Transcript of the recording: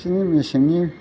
खेबसेनो मेसेंनि